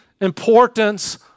importance